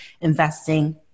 investing